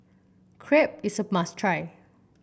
crepe is a must try